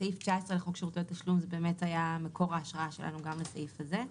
סעיף 19 לחוק שירותי תשלום באמת היה מקור ההשראה שלנו לסעיף הזה.